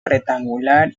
rectangular